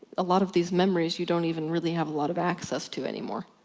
a lot of these memories you don't even really have a lot of access to anymore.